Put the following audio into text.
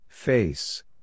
Face